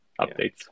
updates